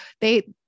they-